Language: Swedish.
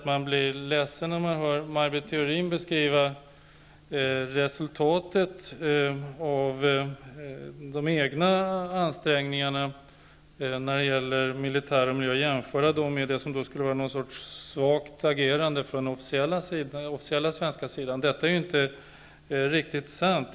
Man blir ledsen när man hör Maj Britt Theorin beskriva resultatet av de egna ansträngningarna när det gäller militären och vill göra gällande att det skulle ha varit ett svagt officiellt agerande från svensk sida. Detta är inte riktigt sant.